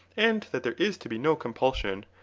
and that there is to be no compulsion,